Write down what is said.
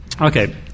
okay